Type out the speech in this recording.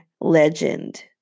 legend